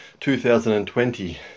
2020